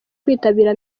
kwitabira